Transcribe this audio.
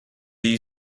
you